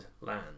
land